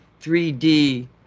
3D